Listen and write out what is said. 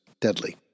deadly